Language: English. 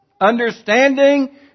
Understanding